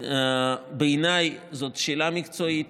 בעיניי זאת שאלה מקצועית.